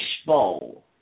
fishbowl